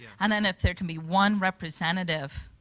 yeah and and if there can be one representative